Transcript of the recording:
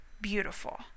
beautiful